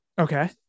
Okay